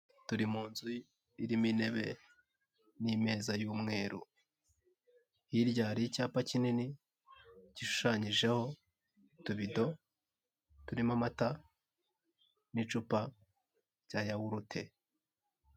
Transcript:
Turi mu nzu irimo intebe n'imeza y'umweru. Hirya hari icyapa kinini gishushanyijeho utubido turimo amata n'icupa rya yawurute.